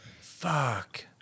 Fuck